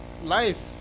Life